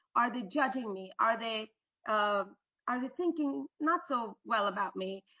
are they judging me? are they um are they thinking not so well about me?